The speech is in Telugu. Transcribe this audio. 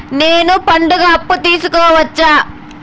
నేను పండుగ అప్పు తీసుకోవచ్చా?